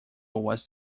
was